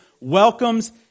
welcomes